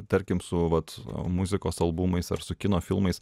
tarkim su vat muzikos albumais ar su kino filmais